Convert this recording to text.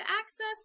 access